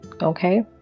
Okay